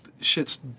Shit's